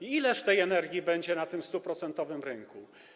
Ileż tej energii będzie na tym 100-procentowym rynku?